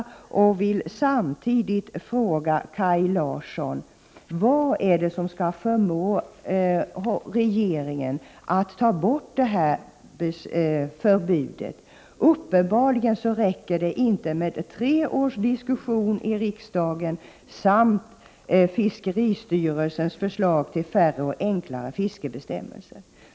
Samtidigt vill jag fråga Kaj Larsson vad det är som skall förmå regeringen att ta bort förbudet. Det räcker uppenbarligen inte med tre års diskussion i riksdagen och fiskeristyrelsens förslag till färre och enklare fiskebestämmelser.